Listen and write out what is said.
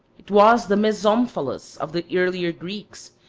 it was the mesomphalos of the earlier greeks,